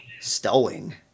Stowing